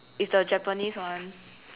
is the Japanese one